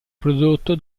prodotto